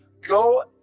Go